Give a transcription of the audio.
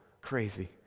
Crazy